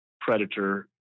predator